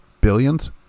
billions